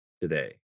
today